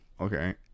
Okay